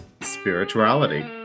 spirituality